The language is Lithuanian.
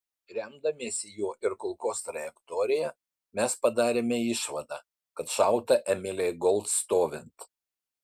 remdamiesi juo ir kulkos trajektorija mes padarėme išvadą kad šauta emilei gold stovint